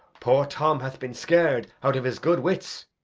poor tom hath been scar'd out of his good wits.